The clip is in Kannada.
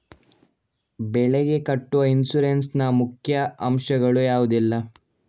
ಬೆಳೆಗೆ ಕಟ್ಟುವ ಇನ್ಸೂರೆನ್ಸ್ ನ ಮುಖ್ಯ ಅಂಶ ಗಳು ಯಾವುದೆಲ್ಲ?